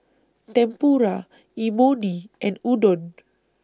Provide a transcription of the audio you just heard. Tempura Imoni and Udon